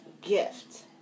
gift